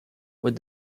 with